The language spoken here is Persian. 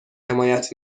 حمایت